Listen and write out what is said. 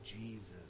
Jesus